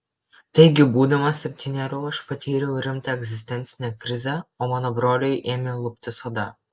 taigi būdamas septynerių aš patyriau rimtą egzistencinę krizę o mano broliui ėmė luptis oda